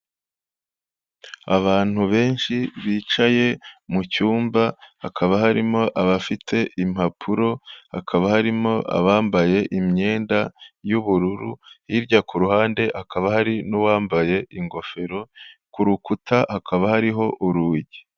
Abantu benshi bicaye mu cyumba. Hakaba harimo abafite impapuro, hakaba harimo abambaye imyenda y'ubururu, hirya ku ruhande hakaba hari n'uwambaye ingofero. Ku rukuta hakaba hariho urugi.